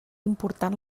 important